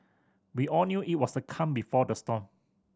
we all knew it was the calm before the storm